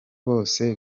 bose